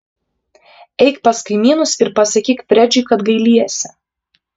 eik pas kaimynus ir pasakyk fredžiui kad gailiesi